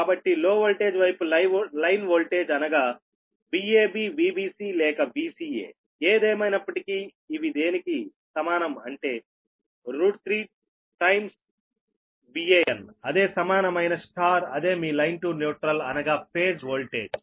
కాబట్టి low voltage వైపు line voltage అనగా Vab Vbc లేక Vca ఏదేమైనప్పటికీ ఇవి దేనికి సమానం అంటే 3 times VAn అదే సమానమైన Y అదే మీ లైన్ టు న్యూట్రల్ అనగా ఫేజ్ వోల్టేజ్